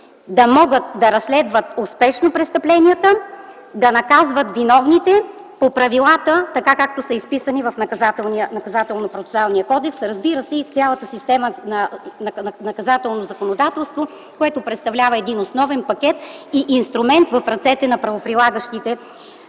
да могат да разследват успешно престъпленията, да наказват виновните по правилата така, както са изписани в Наказателно-процесуалния кодекс, разбира се и цялата система на наказателно законодателство, което представлява един основен пакет и инструмент в ръцете на правоприлагащите органи.